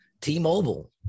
T-Mobile